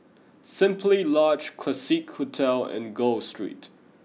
simply Lodge Classique Hotel and Gul Street